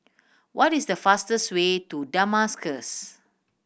what is the fastest way to Damascus